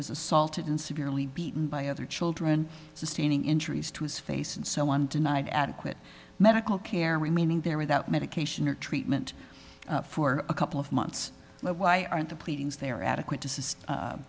was assaulted and severely beaten by other children sustaining injuries to his face and so on denied adequate medical care remaining there without medication or treatment for a couple of months why aren't the pleadings they are adequate to